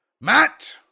matt